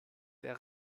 der